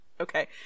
okay